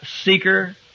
seeker